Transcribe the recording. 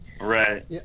Right